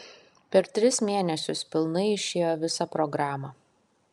per tris mėnesius pilnai išėjo visą programą